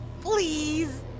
Please